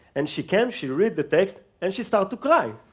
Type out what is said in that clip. and she came, she read the text, and she started to cry.